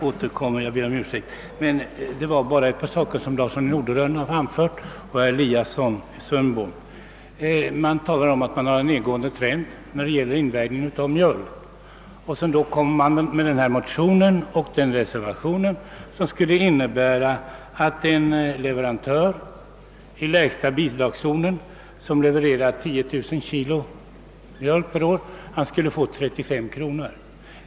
Herr talman! Jag ber om ursäkt för att jag återkommer. Jag vill bara bemöta ett par saker som herr Larsson i Norderön och herr Eliasson i Sundborn anfört. Man talar om en nedåtgående trend när det gäller invägningen av mjölk, och så väcker man en motion och avger en reservation, som skulle innebära att en leverantör i lägsta bidragszonen, som levererar 10000 kilo mjölk per år, skulle få 35 kronor.